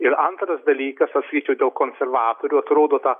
ir antras dalykas aš sakyčiau dėl konservatorių atrodo ta